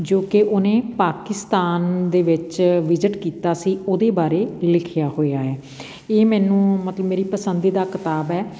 ਜੋ ਕਿ ਓਹਨੇ ਪਾਕਿਸਤਾਨ ਦੇ ਵਿੱਚ ਵਿਜੀਟ ਕੀਤਾ ਸੀ ਓਹਦੇ ਬਾਰੇ ਲਿਖਿਆ ਹੋਇਆ ਹੈ ਇਹ ਮੈਨੂੰ ਮਤਲਬ ਮੇਰੀ ਪਸੰਦੀਦਾ ਕਿਤਾਬ ਹੈ